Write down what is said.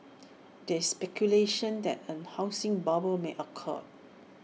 there is speculation that A housing bubble may occur